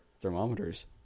thermometers